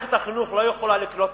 מערכת החינוך לא יכולה לקלוט תלמיד,